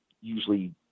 usually